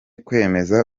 kwemeza